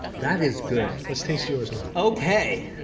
that is good. let's taste yours now. okay,